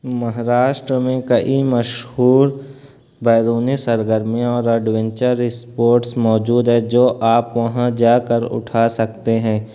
مہاراشٹر میں کئی مشہور بیرونی سرگرمیوں اور ایڈوینچر اسپورٹس موجود ہے جو آپ وہاں جا کر اٹھا سکتے ہیں